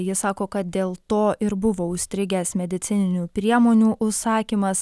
jis sako kad dėl to ir buvo užstrigęs medicininių priemonių užsakymas